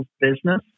business